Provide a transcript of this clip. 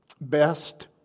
Best